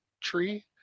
tree